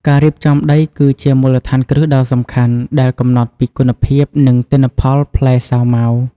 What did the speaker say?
ការរៀបចំដីគឺជាមូលដ្ឋានគ្រឹះដ៏សំខាន់ដែលកំណត់ពីគុណភាព និងទិន្នផលផ្លែសាវម៉ាវ។